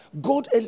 God